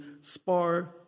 spar